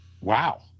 Wow